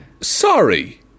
sorry